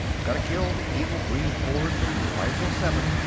gotta kill the evil green horde from rigel seven,